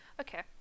okay